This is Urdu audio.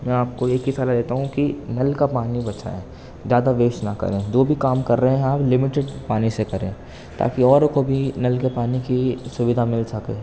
میں آپ کو ایک ہی صلاح دیتا ہوں کہ نل کا پانی بچائیں زیادہ ویسٹ نہ کریں جو بھی کام کر رہے ہیں آپ لمیٹڈ پانی سے کریں تا کہ اوروں کو بھی نل کے پانی کی سودھا مل سکے